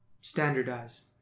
standardized